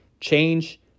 Change